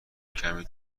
کمی